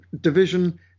division